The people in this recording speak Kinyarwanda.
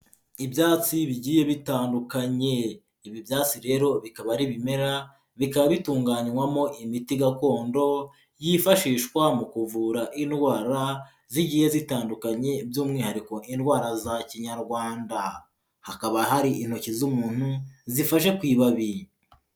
Ibyatsi bigiye bitandukanye, ibi byatsi rero bikaba ari ibimera bikaba bitunganywamo imiti gakondo yifashishwa mu kuvura indwara zigiye zitandukanye by'umwihariko indwara za Kinyarwanda, hakaba hari intoki z'umuntu zifashe ku ibabi.